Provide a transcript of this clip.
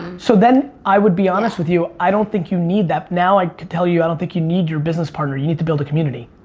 so then i would be honest with you. i don't think you need that. now i can tell you i don't think you need your business partner. you need to build a community.